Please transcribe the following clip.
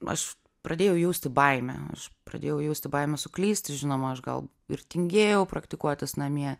aš pradėjau jausti baimę aš pradėjau jausti baimę suklysti žinoma aš gal ir tingėjau praktikuotis namie